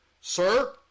Sir